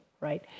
right